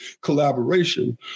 collaboration